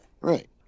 right